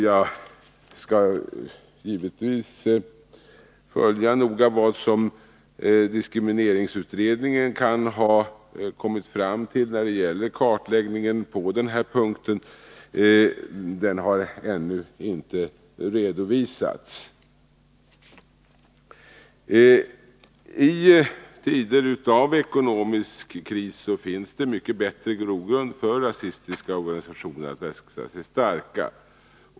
Jag skall givetvis noga följa vad diskrimineringsutredningen kan ha kommit fram till när det gäller kartläggning på den här punkten. Den har ännu inte redovisats. I tider av ekonomisk kris finns mycket bättre grogrund för rasistiska organisationer att växa sig starka.